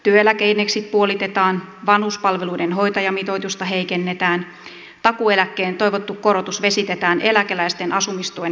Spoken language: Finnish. työeläkeindeksit puolitetaan vanhuspalveluiden hoitajamitoitusta heikennetään takuueläkkeen toivottu korotus vesitetään eläkeläisten asumistuen heikennyksellä